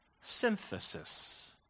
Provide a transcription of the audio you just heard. synthesis